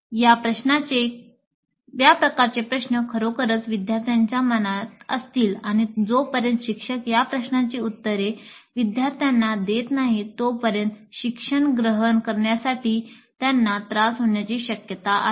' या प्रकारचे प्रश्न खरोखरच विद्यार्थ्यांच्या मनाच्या असतील आणि जोपर्यंत शिक्षक या प्रश्नांची उत्तरे विद्यार्थ्यांना देत नाहीत तोपर्यंत शिक्षण ग्रहण करण्यासाठी त्रास होण्याची शक्यता आहे